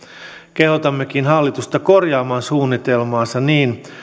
kehotammekin hallitusta korjaamaan suunnitelmaansa niin